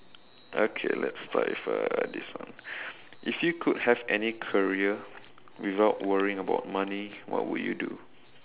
okay let's start with uh this one if you could have any career without worrying about money what would you do